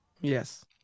yes